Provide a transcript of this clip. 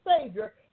Savior